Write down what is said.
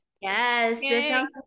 Yes